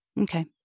Okay